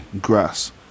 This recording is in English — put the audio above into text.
grass